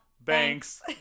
Banks